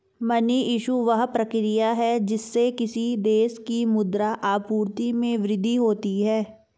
money issue, वह प्रक्रिया है जिससे किसी देश की मुद्रा आपूर्ति में वृद्धि होती है